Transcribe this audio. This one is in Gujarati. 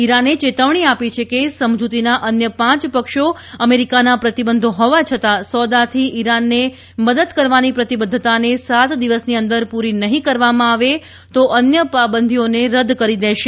ઇરાને ચેતવણી આપી છે કે સમજુતીના અન્ય પાંચ પક્ષો અમેરિકાના પ્રતિબંધો હોવા છતાં સોદાથી ઇરાનને મદદ કરવાની પ્રતિબધ્ધતાને સાત દિવસની અંદર પૂરી નહીં કરવામાં આવે તો અન્ય પાબંદીઓને રદ કરી દેશે